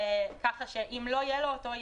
ככה שאם לא יהיה לו אותו,